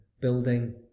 building